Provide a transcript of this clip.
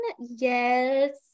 yes